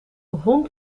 hond